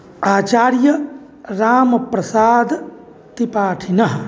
आचार्यरामप्रसादत्रिपाठिनः